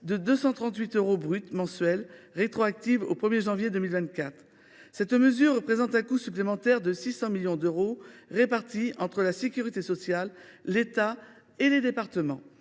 de 238 euros brut mensuels, rétroactive au 1 janvier 2024. Cette mesure représente un coût supplémentaire de 600 millions d’euros, répartis entre la sécurité sociale, l’État et les départements.